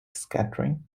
scattering